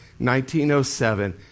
1907